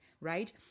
right